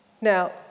Now